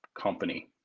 company